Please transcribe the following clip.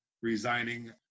resigning